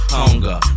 hunger